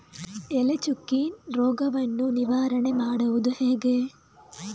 ಎಲೆ ಚುಕ್ಕಿ ರೋಗವನ್ನು ನಿವಾರಣೆ ಮಾಡುವುದು ಹೇಗೆ?